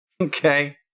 okay